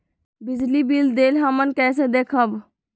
बिजली बिल देल हमन कईसे देखब?